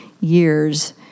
years